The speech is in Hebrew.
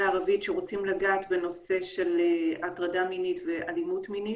ערבית שרוצים לגעת בנושא של הטרדה מינית ואלימות מינית.